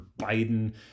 Biden